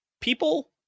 people